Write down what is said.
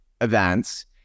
events